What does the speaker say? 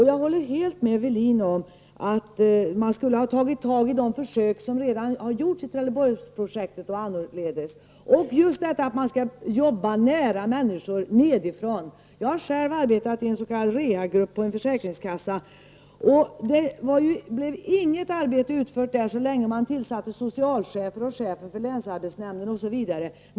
Jag håller helt med Kjell-Arne Welin om att man skulle ha tagit fasta på de försök som redan har gjorts i Trelleborgsprojektet och annorledes och som visat att man skall jobba nära människor nedifrån. Jag har själv arbetat i en s.k. rehabgrupp på en försäkringskassa. Det blev inget arbete utfört där så länge man tillsatte socialchefer, chefen för länsarbetsnämnden, osv.